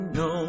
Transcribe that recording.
no